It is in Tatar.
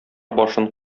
башын